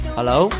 Hello